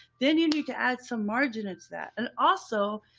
then you need to add some margin. it's that, and also.